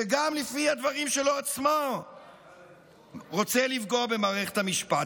שגם לפי הדברים שלו עצמו רוצה לפגוע במערכת המשפט.